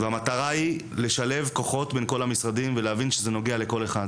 והמטרה היא לשלב כוחות בין כל המשרדים ולהבין שזה נוגע לכל אחד.